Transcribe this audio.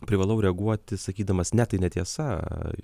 privalau reaguoti sakydamas ne tai netiesa